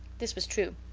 this was true.